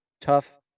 tough